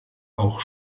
auch